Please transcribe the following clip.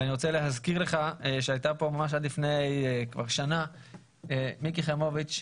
אני רוצה להזכיר לך שהייתה פה עד לפני שנה מיקי חיימוביץ',